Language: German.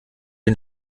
den